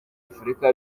afurika